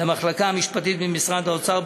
למחלקה המשפטית במשרד האוצר,